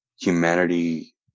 Humanity